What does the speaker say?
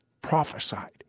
prophesied